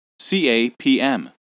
CAPM